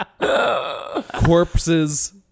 Corpses